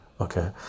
Okay